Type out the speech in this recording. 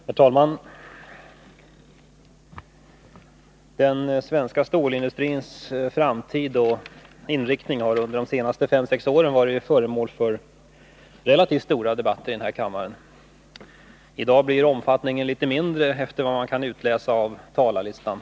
Herr talman! Den svenska stålindustrins framtid och inriktning har under de senaste fem sex åren varit föremål för relativt stora debatter här i kammaren. I dag blir omfattningen litet mindre, efter vad man kan utläsa av talarlistan.